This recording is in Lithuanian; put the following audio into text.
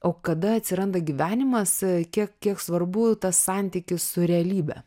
o kada atsiranda gyvenimas kiek kiek svarbu tas santykis su realybe